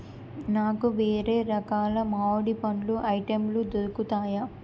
నాకు వేరే రకాల మావిడిపండ్లు ఐటెంలు దొరుకుతాయా